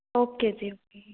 okay ਜੀ okay